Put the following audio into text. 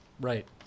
right